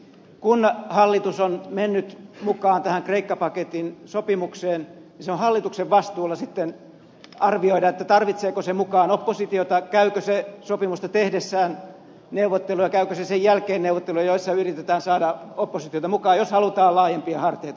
kun hallitus on mennyt mukaan tähän kreikka paketin sopimukseen niin on hallituksen vastuulla sitten arvioida tarvitseeko se mukaan oppositiota käykö se sopimusta tehdessään neuvotteluja käykö se sen jälkeen neuvotteluja joissa yritetään saada oppositiota mukaan jos halutaan laajempia harteita